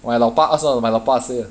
my 老爸 ask [one] my 老爸 say [one]